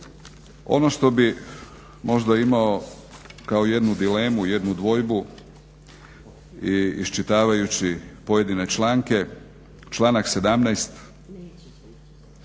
Ono što bi možda imao kao jednu dilemu, jednu dvojbu i iščitavajući pojedine članke, članak 17.